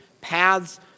paths